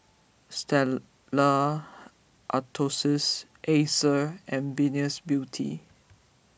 Stella Artois Acer and Venus Beauty